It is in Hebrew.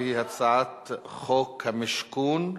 והיא הצעת חוק המשכון,